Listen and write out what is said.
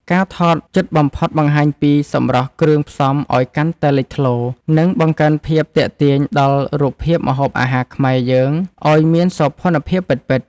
ការថតជិតបំផុតបង្ហាញពីសម្រស់គ្រឿងផ្សំឱ្យកាន់តែលេចធ្លោ និង បង្កើនភាពទាក់ទាញដល់រូបភាពម្ហូបអាហារខ្មែរយើងឱ្យមានសោភ័ណភាពពិតៗ។